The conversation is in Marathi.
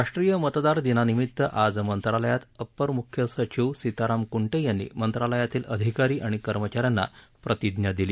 राष्ट्रीय मतदार दिनानिमित्त आज मंत्रालयात अप्पर मुख्य सचिव सीताराम कुंटे यांनी मंत्रालयातील अधिकारी आणि कर्मचाऱ्यांना प्रतिज्ञा दिली